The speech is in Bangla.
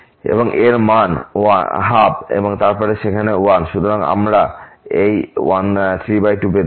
এবং এর মান 12 এবং তারপর সেখানে 1 সুতরাং আমরা এই 32 পেতে পারি